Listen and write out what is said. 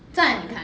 在哪看